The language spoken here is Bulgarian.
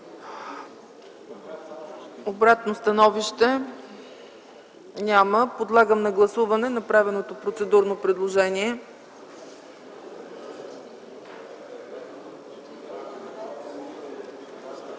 Обратно становище? Няма. Подлагам на гласуване направеното процедурно предложение.